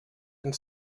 and